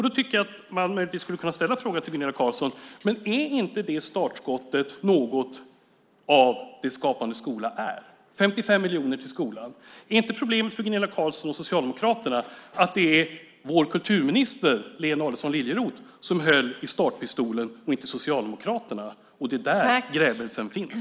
Då tycker jag att man möjligtvis skulle kunna ställa frågan till Gunilla Carlsson: Är inte det startskottet något av det som Skapande skola är, med 55 miljoner till skolan? Är inte problemet för Gunilla Carlsson och Socialdemokraterna att det var vår kulturminister Lena Adelsohn Liljeroth som höll i startpistolen och inte Socialdemokraterna, och att det är där grämelsen finns?